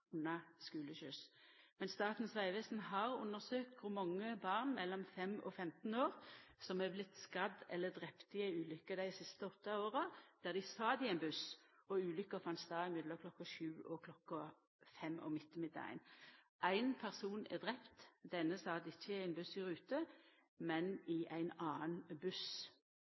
under skuleskyss, men Statens vegvesen har undersøkt kor mange barn mellom 5 og 15 år som har vorte skadde eller drepne i ulukker dei siste åtte åra, der dei sat i ein buss og ulukka fann stad mellom kl. 07 og kl. 17: Ein person er drepen. Denne sat ikkje i ein buss i rute, men i ein annan